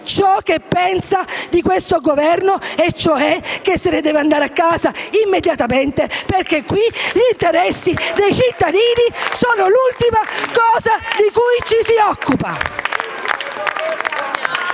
ciò che pensa di questo Governo e cioè che se ne deve andare a casa immediatamente perché qui gli interessi dei cittadini sono l'ultima cosa di cui ci si occupa.